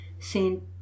saint